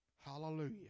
Hallelujah